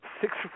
Six